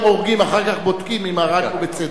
הורגים ואחר כך בודקים אם הרגנו בצדק.